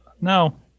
no